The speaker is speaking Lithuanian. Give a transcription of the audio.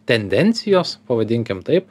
tendencijos pavadinkim taip